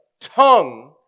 tongue